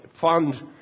fund